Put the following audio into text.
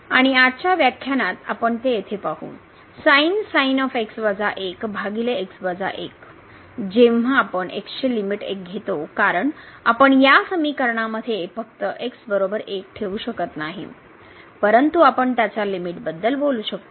आणि आजच्या व्याख्यानात आपण ते येथे पाहू जेव्हा आपण x चे लिमिट 1 घेतो कारण आपण या समीकरणामध्ये फक्त x 1 ठेवू शकत नाही परंतु आपण त्याच्या लिमिटबद्दल बोलू शकतो